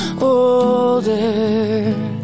older